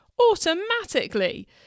automatically